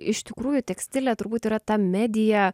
iš tikrųjų tekstilė turbūt yra ta medija